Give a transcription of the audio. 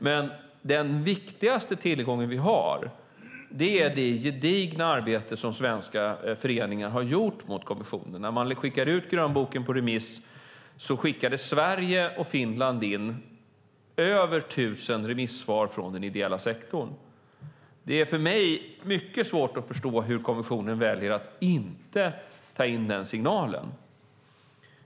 Men den viktigaste tillgång vi har är det gedigna arbete som svenska föreningar har gjort gentemot kommissionen. När man skickade ut grönboken på remiss skickade Sverige och Finland in över 1 000 remissvar från den ideella sektorn. Det är för mig mycket svårt att förstå hur kommissionen väljer att inte ta in den signalen.